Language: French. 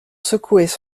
secouaient